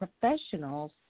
professionals